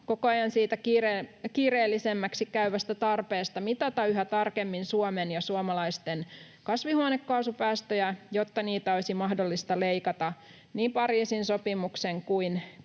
koko ajan kiireellisemmäksi käyvästä tarpeesta mitata yhä tarkemmin Suomen ja suomalaisten kasvihuonekaasupäästöjä, jotta niitä olisi mahdollista leikata niin Pariisin sopimuksen kuin